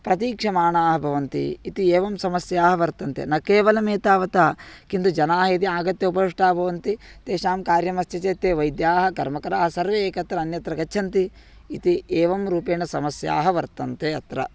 प्रतीक्षमाणाः भवन्ति इति एवं समस्याः वर्तन्ते न केवलं एतावत् किन्तु जनाः यदि आगत्य उपविष्टाः भवन्ति तेषां कार्यमस्ति चेत् ते वैद्याः कर्मकराः सर्वे एकत्र अन्यत्र गच्छन्ति इति एवं रूपेण समस्याः वर्तन्ते अत्र